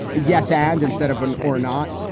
yes. and instead of an or not.